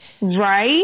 Right